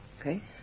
Okay